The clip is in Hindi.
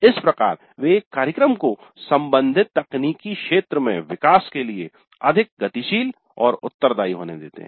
इस प्रकार वे एक कार्यक्रम को संबंधित तकनीकी क्षेत्र में विकास के लिए अधिक गतिशील और उत्तरदायी होने देते हैं